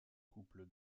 couple